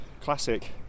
classic